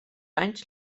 anys